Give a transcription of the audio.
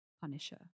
Punisher